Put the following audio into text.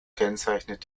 kennzeichnet